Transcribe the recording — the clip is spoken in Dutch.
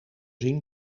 zien